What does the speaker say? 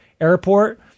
airport